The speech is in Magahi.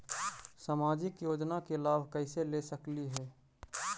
सामाजिक योजना के लाभ कैसे ले सकली हे?